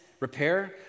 Repair